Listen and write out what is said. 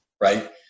right